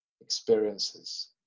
experiences